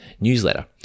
newsletter